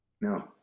No